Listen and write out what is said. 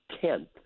tenth